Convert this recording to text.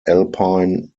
alpine